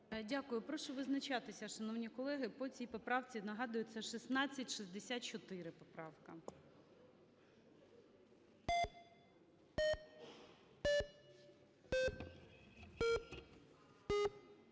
Дякую. Прошу визначатися, шановні колеги, по цій поправці. Нагадую, це 1664 поправка.